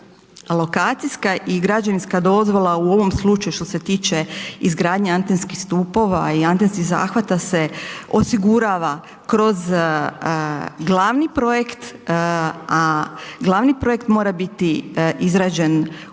lokacijska i građevinska dozvola u ovom slučaju što se tiče izgradnje antenskih stupova i antenskih zahvata se osigurava kroz glavni projekt, a glavni projekt mora biti izrađen u